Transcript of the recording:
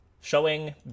Showing